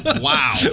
Wow